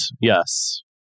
Yes